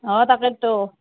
অঁ তাকেইতো